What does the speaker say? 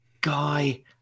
Guy